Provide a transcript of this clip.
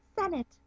Senate